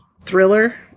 thriller